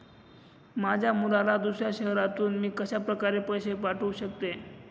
माझ्या मुलाला दुसऱ्या शहरातून मी कशाप्रकारे पैसे पाठवू शकते?